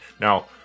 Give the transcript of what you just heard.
Now